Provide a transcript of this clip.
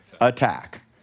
attack